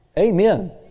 Amen